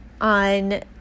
on